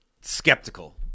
skeptical